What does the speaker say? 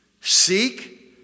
Seek